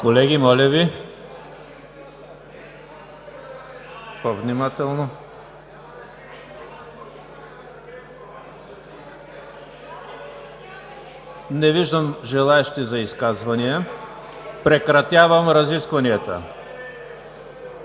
Колеги, моля Ви, по-внимателно! Не виждам желаещи за изказвания. Прекратявам разискванията.